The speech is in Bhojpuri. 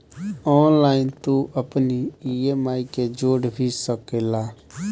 ऑनलाइन तू अपनी इ.एम.आई के जोड़ भी सकेला